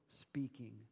speaking